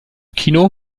kino